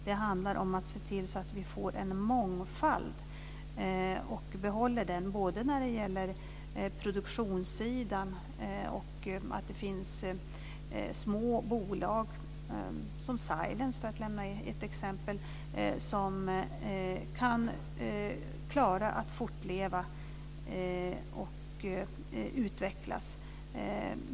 Det handlar om att se till så att vi får en mångfald och behåller den på produktionssidan och att det finns små bolag som Silence, för att nämna ett exempel, som kan fortleva och utvecklas.